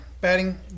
batting